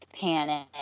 panic